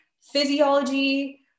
physiology